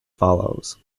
follows